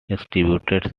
distributed